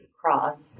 cross